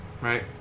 right